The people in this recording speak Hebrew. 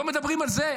לא מדברים על זה.